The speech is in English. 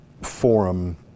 forum